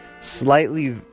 slightly